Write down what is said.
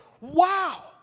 wow